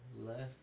Left